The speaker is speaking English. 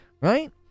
right